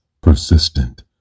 persistent